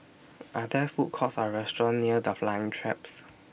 Are There Food Courts Or restaurants near The Flying Trapeze